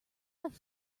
have